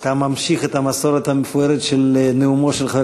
אתה ממשיך את המסורת המפוארת של נאומו של חבר